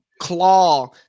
claw